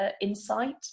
insight